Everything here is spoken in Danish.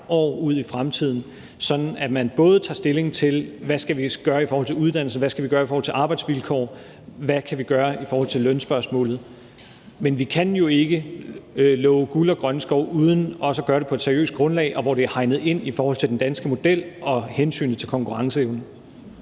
år ud i fremtiden, så man både tager stilling til, hvad vi skal gøre i forhold til uddannelse og arbejdsvilkår, og hvad vi kan gøre i forhold til lønspørgsmålet. Men vi kan jo ikke love guld og grønne skove uden også at gøre det på et seriøst grundlag, hvor det er hegnet ind i forhold til den danske model og hensynet til konkurrenceevnen.